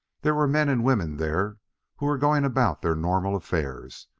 there were men and women there who were going about their normal affairs.